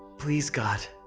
please, god,